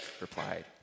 replied